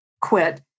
quit